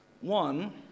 One